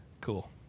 Cool